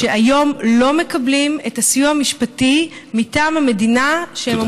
שהיום לא מקבלים את הסיוע המשפטי מטעם המדינה שהם